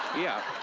yeah.